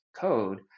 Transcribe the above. code